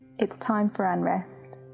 it's time for unrest.